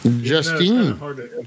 Justine